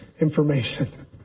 information